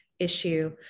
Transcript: issue